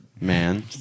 man